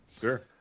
Sure